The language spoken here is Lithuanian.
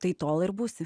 tai tol ir būsi